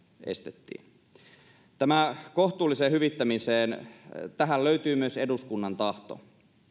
estettiin tähän kohtuulliseen hyvittämiseen löytyy myös eduskunnan tahto